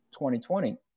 2020